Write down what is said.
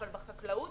אבל בחקלאות,